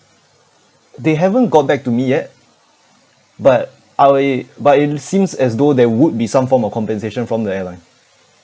they haven't got back to me yet but uh we but it seems as though there would be some form of compensation from the airline